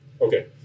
Okay